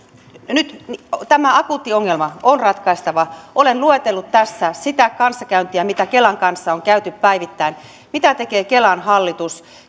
nyt nyt tämä akuuttiongelma on ratkaistava olen luetellut tässä sitä kanssakäyntiä mitä kelan kanssa on käyty päivittäin mitä tekee kelan hallitus